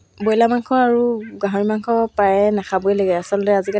সময়মতে কুৰীয়াৰ যোগে পঠাই দিছিলোঁ তাৰপিছত